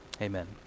Amen